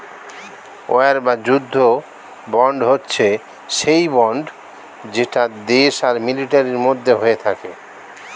war বা যুদ্ধ bond হচ্ছে সেই বন্ড যেটা দেশ আর মিলিটারির মধ্যে হয়ে থাকে